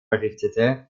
errichtete